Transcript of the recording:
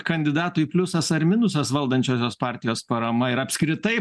kandidatui pliusas ar minusas valdančiosios partijos parama ir apskritai